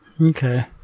Okay